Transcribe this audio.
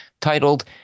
titled